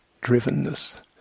drivenness